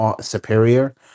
superior